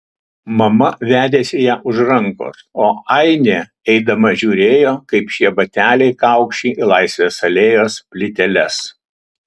mama vedėsi ją už rankos o ainė eidama žiūrėjo kaip šie bateliai kaukši į laisvės alėjos plyteles